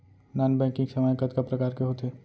non banking सेवाएं कतका प्रकार के होथे